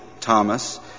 Thomas